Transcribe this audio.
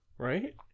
Right